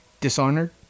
Dishonored